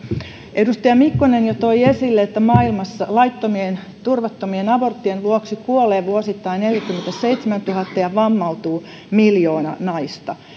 edustaja mikkonen jo toi esille että maailmassa laittomien turvattomien aborttien vuoksi kuolee vuosittain neljäkymmentäseitsemäntuhatta ja vammautuu miljoona naista